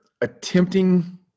attempting